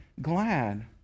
glad